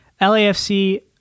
LAFC